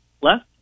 left